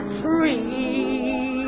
tree